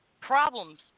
problems